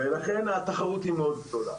ולכן התחרות היא מאוד גדולה.